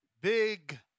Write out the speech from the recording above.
Big